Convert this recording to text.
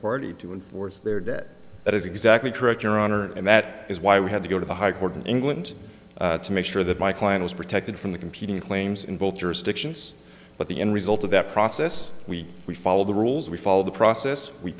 party to enforce their debt that is exactly correct your honor and that is why we had to go to the high court in england to make sure that my client was protected from the competing claims in both jurisdictions but the end result of that process we we follow the rules we follow the process we